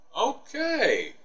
Okay